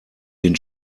den